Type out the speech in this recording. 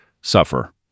suffer